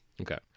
Okay